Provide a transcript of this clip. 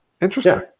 Interesting